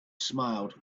smiled